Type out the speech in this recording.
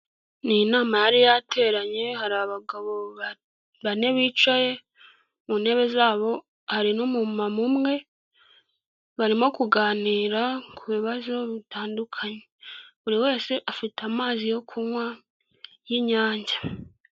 Ni inama yari yateranye, hari abagabo bane bicaye mu ntebe zabo, hari n'umumama umwe barimo kuganira ku bibazo bitandukanye, buri wese afite amazi yo kunywa y'Inyange.